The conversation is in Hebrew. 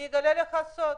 אני אגלה לך סוד,